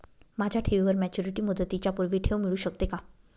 माझ्या ठेवीवर मॅच्युरिटी मुदतीच्या पूर्वी ठेव मिळू शकते का?